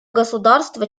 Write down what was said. государства